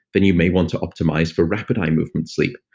then you may want to optimize for rapid eye movement sleep.